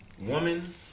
woman